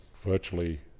Virtually